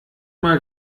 mal